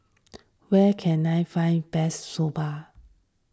where can I find best Soba